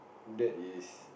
that is